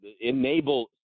enable